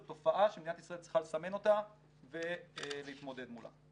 זו תופעה שמדינת ישראל צריכה לסמן אותה ולהתמודד מולה.